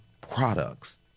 products